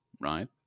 right